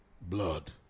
Blood